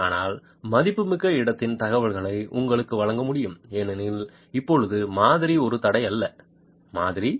ஆனால் மதிப்புமிக்க இடத்தின் தகவல்களை உங்களுக்கு வழங்க முடியும் ஏனெனில் இப்போது மாதிரி ஒரு தடையில்லா மாதிரி